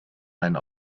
einen